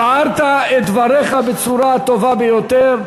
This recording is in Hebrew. הבהרת את דבריך בצורה טובה ביותר,